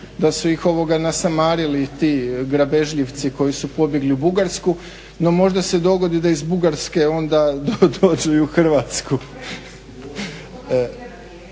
da su ih nasamarili ti grabežljivci koji su pobjegli u Bugarsku, no možda se dogodi da iz Bugarske onda dođu i u Hrvatsku.